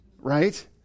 right